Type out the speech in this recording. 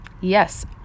yes